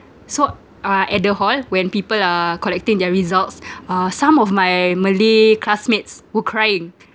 so uh at the hall when people are collecting their results uh some of my malay classmates were crying